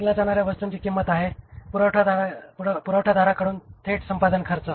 विकल्या जाणाऱ्या वस्तूंची ही किंमत आहे पुरवठादाराकडून थेट संपादन खर्च